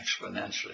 exponentially